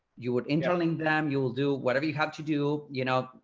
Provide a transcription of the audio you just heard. you would interlink them, you will do whatever you have to do, you know,